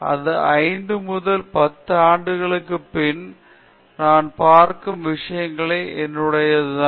அது 5 முதல் 10 ஆண்டுகளுக்குப் பின் நான் பார்க்கும் விஷயங்கள் என்னுடையதுதான்